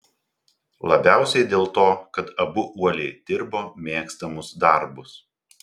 labiausiai dėl to kad abu uoliai dirbo mėgstamus darbus